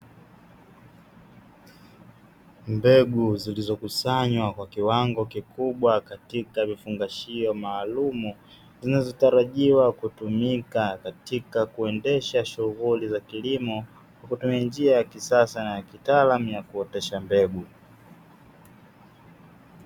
Mbegu zilizokusanywa kwa kiwango kikubwa katika vifungashio maalumu zinazotarajiwa kutumika katika kuendesha shughuli za kilimo kwa kutumia njia ya kisasa na ya kitaalamu ya kuotesha mbegu.